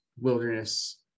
wilderness